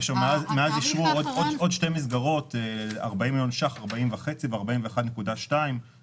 כאשר מאז אישרו עוד שתי מסגרות: 40.5 מיליון ש"ח ו-41.2 מיליון ש"ח.